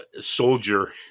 soldier